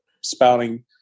spouting